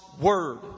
Word